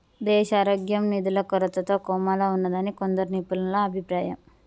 దేశారోగ్యం నిధుల కొరతతో కోమాలో ఉన్నాదని కొందరు నిపుణుల అభిప్రాయం